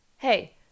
Hey